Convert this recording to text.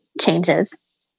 changes